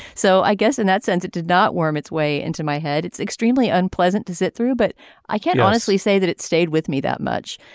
so i guess in and that sense it did not worm its way into my head. it's extremely unpleasant to sit through but i can't honestly say that it stayed with me that much.